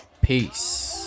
Peace